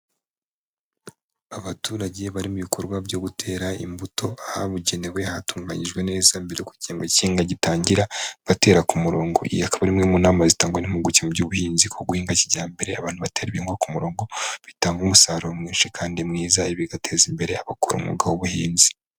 Abaturage bari mu bikorwa byo gutera imbuto ahabugenewe hatunganiyijwe neza mbere y'uko igihembwe cy'ihinga gitangira batera ku murongo, iyi ikaba ari imwe mu nama zitangwa n'impuguke mu by'ubuhinzi ko guhinga kijyambere abantu batera ibihingwa ku murongo, bitanga umusaruro mwinshi kandi mwiza, ibi bigateza imbere abakora umwuga w'ubuhinzi.